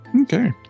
Okay